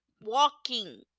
walking